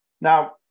Now